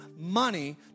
money